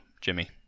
Jimmy